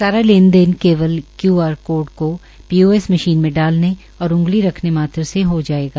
सारा लेन देन केवल क्यू आर कोड को पीओएस मशीन में डालने और अग्ली रख्ने मात्र से हो जायेगा